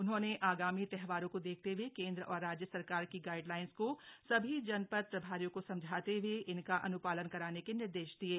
उन्होंने आगामी त्योहारों को देखते हए केंद्र और राज्य सरकार की गाइडलाइंस को सभी जनपद प्रभारियों को समझाते हुए इनका अन्पालन कराने के निर्देश दिये